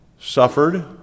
suffered